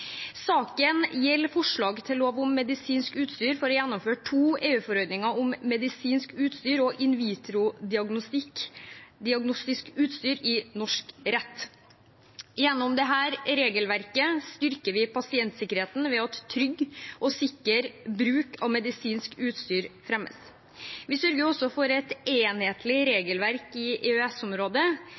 Saken gjelder forslag til lov om medisinsk utstyr for å gjennomføre to EU-forordninger om medisinsk utstyr og in vitro-diagnostisk utstyr i norsk rett. Gjennom dette regelverket styrker vi pasientsikkerheten ved at trygg og sikker bruk av medisinsk utstyr fremmes. Vi sørger også for et enhetlig regelverk i